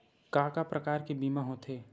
का का प्रकार के बीमा होथे?